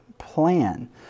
plan